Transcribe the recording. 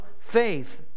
faith